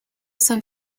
some